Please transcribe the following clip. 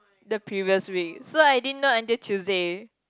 the previous week so I didn't know until Tuesday